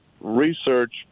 research